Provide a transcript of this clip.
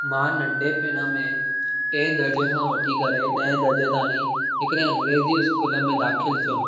मां नंढपण में टे दर्जे खां वठी करे ॾहें दर्जे ताईं हिकिड़े अंग्रेज़ी स्कूल में दाख़िलु थियुमि